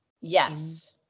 Yes